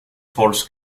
falls